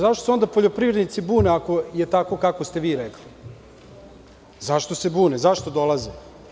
Zašto se onda poljoprivrednici bune ako je tako kako ste vi rekli, zašto dolaze?